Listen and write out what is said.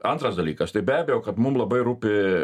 antras dalykas tai be abejo kad mum labai rūpi